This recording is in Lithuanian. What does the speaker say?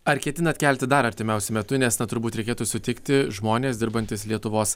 ar ketinat kelti dar artimiausiu metu nes turbūt reikėtų sutikti žmonės dirbantys lietuvos